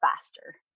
faster